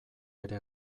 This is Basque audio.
ere